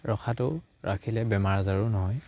ৰখাটো ৰাখিলে বেমাৰ আজাৰো নহয়